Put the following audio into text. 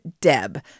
Deb